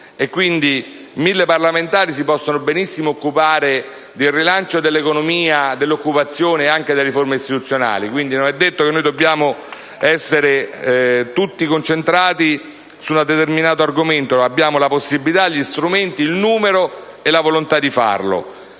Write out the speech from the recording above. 1.000 parlamentari possono benissimo occuparsi del rilancio dell'economia, dell'occupazione e anche delle riforme istituzionali; non è detto che dobbiamo essere tutti concentrati su un determinato argomento. Abbiamo la possibilità, gli strumenti, i numeri e la volontà di farlo.